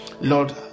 Lord